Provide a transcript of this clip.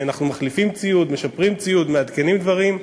אנחנו מחליפים ציוד, משפרים ציוד, מעדכנים דברים.